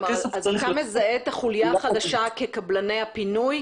מזהה את החוליה החלשה כקבלני הפינוי?